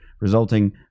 resulting